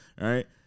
Right